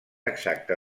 exacta